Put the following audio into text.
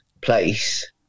place